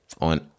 on